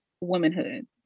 womanhood